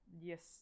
yes